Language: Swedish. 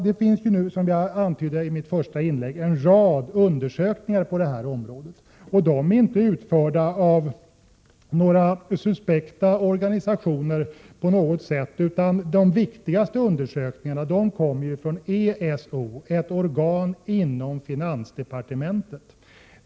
Det finns, som jag antydde i mitt första inlägg, en rad undersökningar på detta område, och de har inte utförts av några suspekta organisationer. De viktigaste undersökningarna kommer från ESO, ett organ inom finansdepartementet.